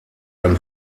ein